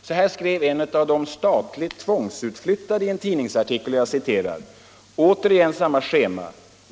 Så här skrev en av de statligt tvångsutflyttade i en tidningsartikel: ” Återigen samma schema.